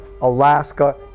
alaska